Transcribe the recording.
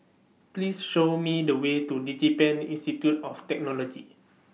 Please Show Me The Way to Digipen Institute of Technology